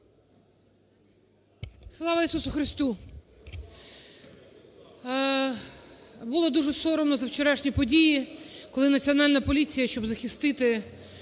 Слава Ісусу Христу!